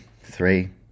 three